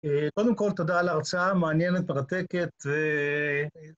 קודם כל, תודה על ההרצאה, מעניינת, מרתקת ו...